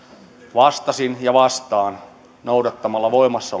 vastasin ja vastaan voimassa